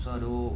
suara